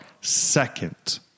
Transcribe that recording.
second